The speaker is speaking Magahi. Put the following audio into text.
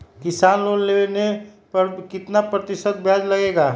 किसान लोन लेने पर कितना प्रतिशत ब्याज लगेगा?